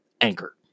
Anchor